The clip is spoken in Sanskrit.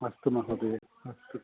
अस्तु महोदय अस्तु